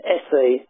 Essay